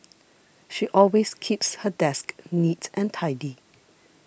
she always keeps her desk neat and tidy